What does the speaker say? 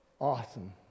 awesome